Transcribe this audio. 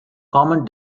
common